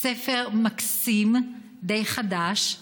ספר מקסים, די חדש,